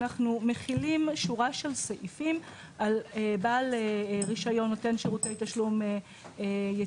אנחנו מחילים שורה של סעיפים על בעל רישיון נותן שירות תשלום יציבותי,